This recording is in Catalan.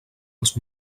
els